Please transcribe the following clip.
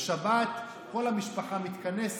בשבת כל המשפחה מתכנסת,